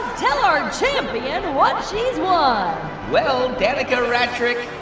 tell our champion what she's won well, danica ratrick,